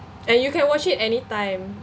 and you can watch it anytime